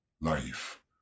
life